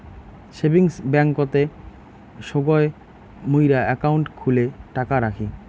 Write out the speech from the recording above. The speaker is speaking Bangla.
সেভিংস ব্যাংকতে সগই মুইরা একাউন্ট খুলে টাকা রাখি